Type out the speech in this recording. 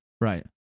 right